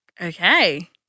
okay